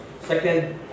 second